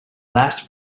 last